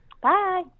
bye